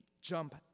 jump